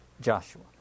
Joshua